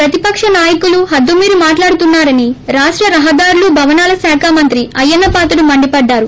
ప్రతిపక నాయకులు హద్గు మీరి మాట్లాడుతున్నా రని రాష్ట రహదారులు భవనాల శాఖ మంత్రి అయ్యన్న పాత్రుడు మండిపడ్డారు